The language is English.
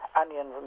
onions